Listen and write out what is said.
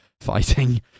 fighting